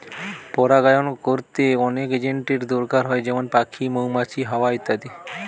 পরাগায়ন কোরতে অনেক এজেন্টের দোরকার হয় যেমন পাখি, মৌমাছি, হাওয়া ইত্যাদি